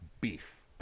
beef